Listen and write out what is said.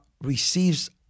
receives